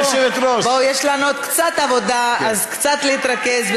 בואו, יש לנו עוד קצת עבודה, אז קצת להתרכז.